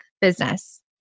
business